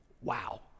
Wow